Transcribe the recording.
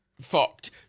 Fucked